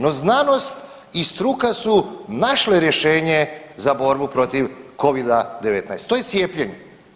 No znanost i struka su našle rješenje za borbu protiv Covida-19, to je cijepljenje.